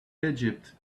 egypt